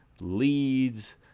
leads